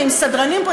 ועם סדרנים פה,